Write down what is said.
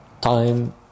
time